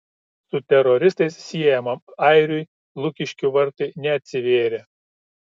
su teroristais siejamam airiui lukiškių vartai neatsivėrė